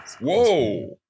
Whoa